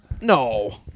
No